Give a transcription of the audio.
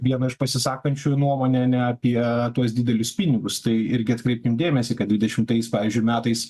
viena iš pasisakančiųjų nuomonė ane apie tuos didelius pinigus tai irgi atkreipkim dėmesį kad dvidešimtais pavyzdžiui metais